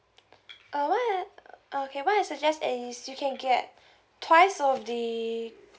uh what I okay what I suggest is you can get twice of the